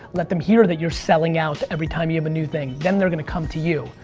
let them hear that you're selling out every time you have a new thing. then they're gonna come to you.